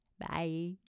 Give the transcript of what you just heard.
bye